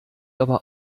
aber